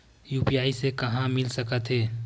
UPI से का मिल सकत हे?